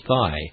thigh